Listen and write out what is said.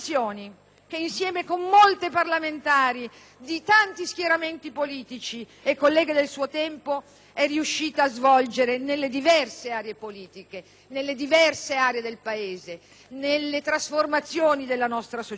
che, insieme con molte parlamentari di tanti schieramenti politici e colleghe del suo tempo, è riuscita a svolgere nelle diverse aree politiche, nelle diverse aree del Paese, nelle trasformazioni della nostra società.